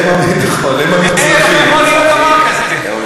איך יכול להיות דבר כזה?